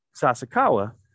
Sasakawa